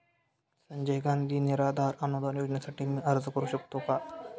संजय गांधी निराधार अनुदान योजनेसाठी मी अर्ज करू शकते का?